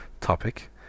topic